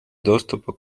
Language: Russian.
доступа